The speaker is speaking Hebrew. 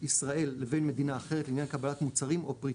ישראל לבין מדינה אחרת לעניין קבלת מוצרים או פריטים,